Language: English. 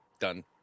done